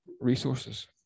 resources